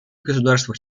государствах